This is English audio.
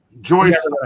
Joyce